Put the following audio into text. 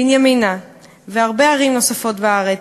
בנימינה והרבה ערים נוספות בארץ,